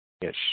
Yes